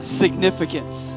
significance